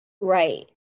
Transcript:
right